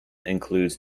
includes